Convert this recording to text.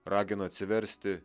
ragino atsiversti